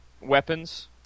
weapons